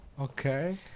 Okay